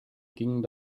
ging